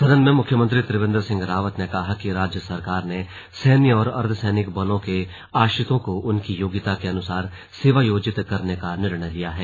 सदन में मुख्यमंत्री त्रिवेन्द्र सिंह रावत ने कहा कि राज्य सरकार ने सैन्य और अर्द्धसैनिक बलों के आश्रितों को उनकी योग्यता के अनुसार सेवायोजित करने का निर्णय लिया है